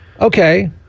Okay